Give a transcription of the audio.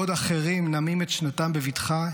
בעוד אחרים נמים את שנתם בבטחה,